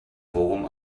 forum